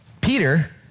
Peter